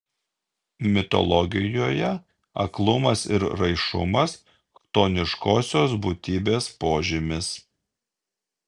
mitologijoje aklumas ir raišumas chtoniškosios būtybės požymis